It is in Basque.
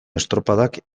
estropadak